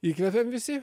įkvepiam visi